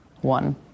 one